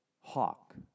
hawk